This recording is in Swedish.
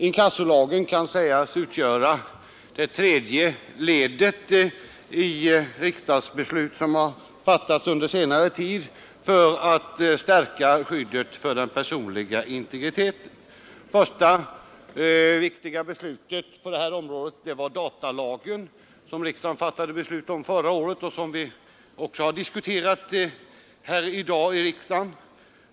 Inkassolagen kan sägas utgöra det tredje ledet i en serie riksdagsbeslut som har fattats under senare tid för att stärka skyddet för den personliga integriteten. Det första viktiga ledet var datalagen, som riksdagen fattade beslut om förra året och som vi också har diskuterat här i dag.